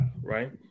right